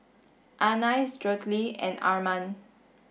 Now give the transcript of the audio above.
Anais Jolette and Arman